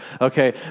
okay